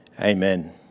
Amen